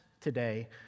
today